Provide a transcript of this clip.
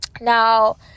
Now